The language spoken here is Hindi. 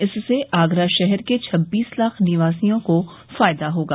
इससे आगरा शहर के छब्बीस लाख निवासियों को फायदा होगा